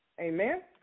Amen